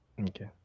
okay